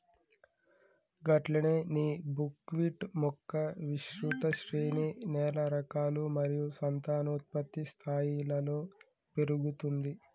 గట్లనే నీ బుక్విట్ మొక్క విస్తృత శ్రేణి నేల రకాలు మరియు సంతానోత్పత్తి స్థాయిలలో పెరుగుతుంది